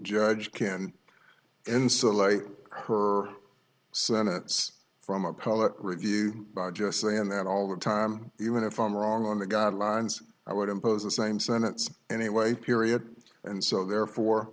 judge can insulate her sentence from appellate review by just saying that all the time even if i'm wrong on the god lines i would impose the same sentence anyway period and so therefore